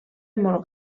molt